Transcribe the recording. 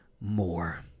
more